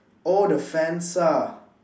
oh the fence ah